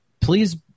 please